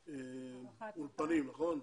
כן,